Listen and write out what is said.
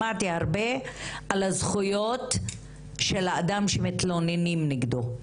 שמעתי הרבה על הזכויות של האדם שמתלוננים נגדו.